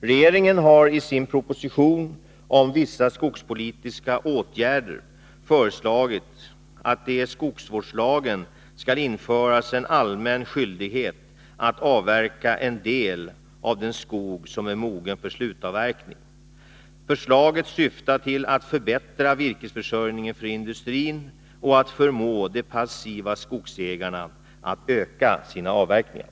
Regeringen har i sin proposition om vissa skogspolitiska åtgärder föreslagit att det i skogsvårdslagen skall införas en allmän skyldighet att avverka en del av den skog som är mogen för slutavverkning. Förslaget syftar till att förbättra virkesförsörjningen för industrin och att förmå de passiva skogsägarna att öka sina avverkningar.